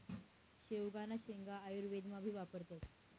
शेवगांना शेंगा आयुर्वेदमा भी वापरतस